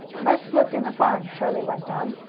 let's look in the barn, charlie went on.